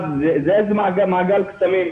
זה מעגל קסמים.